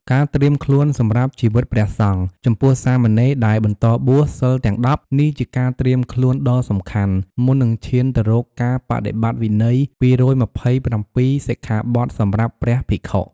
ការត្រៀមខ្លួនសម្រាប់ជីវិតព្រះសង្ឃ ចំពោះសាមណេរដែលបន្តបួស សីលទាំង ១០ នេះជាការត្រៀមខ្លួនដ៏សំខាន់ មុននឹងឈានទៅរកការបដិបត្តិវិន័យ ២២៧ សិក្ខាបទសម្រាប់ព្រះភិក្ខុ។